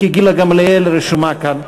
כי גילה גמליאל רשומה כאן.